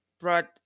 brought